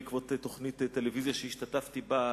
בעקבות תוכנית טלוויזיה שהשתתפתי בה,